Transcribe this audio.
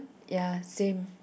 ya same